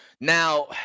now